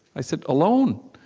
i said, alone?